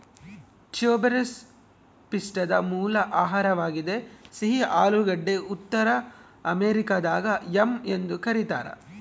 tuberous ಪಿಷ್ಟದ ಮೂಲ ಆಹಾರವಾಗಿದೆ ಸಿಹಿ ಆಲೂಗಡ್ಡೆ ಉತ್ತರ ಅಮೆರಿಕಾದಾಗ ಯಾಮ್ ಎಂದು ಕರೀತಾರ